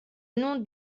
nom